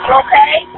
okay